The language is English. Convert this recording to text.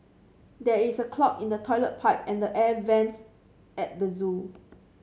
there is a clog in the toilet pipe and the air vents at the zoo